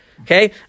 Okay